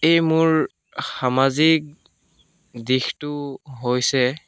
এই মোৰ সামাজিক দিশটো হৈছে